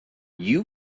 you